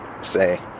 say